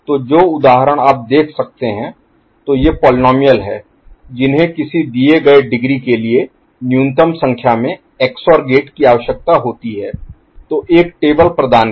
तो जो उदाहरण आप देख सकते हैं तो ये पोलीनोमिअल हैं जिन्हें किसी दिए गए डिग्री के लिए न्यूनतम संख्या में XOR गेट की आवश्यकता होती है तो एक टेबल प्रदान की